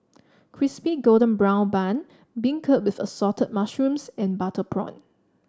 Crispy Golden Brown Bun beancurd with Assorted Mushrooms and Butter Prawn